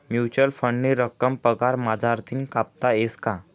Mutual फंडनी रक्कम पगार मझारतीन कापता येस का?